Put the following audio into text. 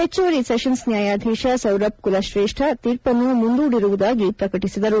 ಹೆಚ್ಚುವರಿ ಸೆಷನ್ನ್ ನ್ಯಾಯಾಧೀಶ ಸೌರಬ್ ಕುಲಶ್ರೇಷ್ಣ ತೀರ್ಪನ್ನು ಮುಂದೂಡಿರುವುದಾಗಿ ಪ್ರಕಟಿಸಿದರು